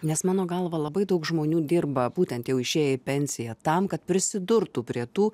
nes mano galva labai daug žmonių dirba būtent jau išėję į pensiją tam kad prisidurtų prie tų